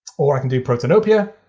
or i can do protanopia.